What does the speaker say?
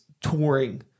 touring